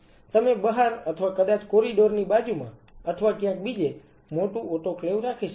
તમે બહાર અથવા કદાચ કોરિડોર ની બાજુમાં અથવા ક્યાંક બીજે મોટું ઓટોક્લેવ રાખી શકો છો